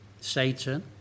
Satan